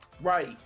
Right